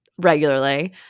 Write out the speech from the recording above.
regularly